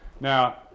Now